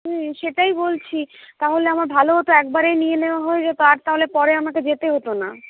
হুম সেটাই বলছি তাহলে আমার ভালো হতো একবারে নিয়ে নেওয়া হয়ে যেত আর তাহলে পরে আমাকে যেতে হতো না